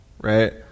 right